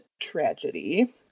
tragedy